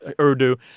Urdu